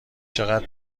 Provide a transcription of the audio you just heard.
چقدر